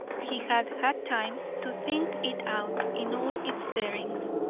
he had had time to think it out in all its bearings.